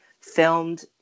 filmed